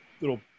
little